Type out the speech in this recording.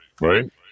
Right